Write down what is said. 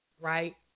right